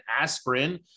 aspirin